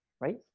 right